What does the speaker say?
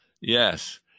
Yes